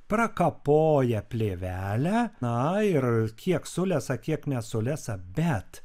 prakapoja plėvelę na ir kiek sulesa kiek nesulesa bet